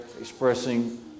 expressing